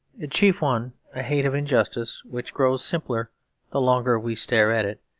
the chief one a hate of injustice which grows simpler the longer we stare at it,